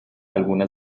alguna